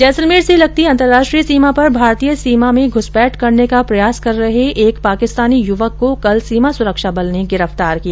जैसलमेर से लगती अंतर्राष्ट्रीय सीमा पर भारतीय सीमा में घ्रसपैठ करने का प्रयास कर रहे एक पाकिस्तानी युवक को कल सीमा सुरक्षा बल ने गिरफ्तार किया